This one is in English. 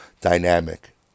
dynamic